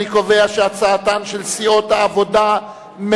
אני קובע שהצעתן של סיעות העבודה-מרצ,